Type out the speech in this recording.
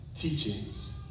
teachings